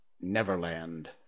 Neverland